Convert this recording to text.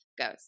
goes